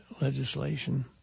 legislation